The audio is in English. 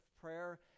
prayer